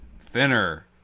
Thinner